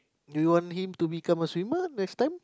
do you want him to become a swimmer next time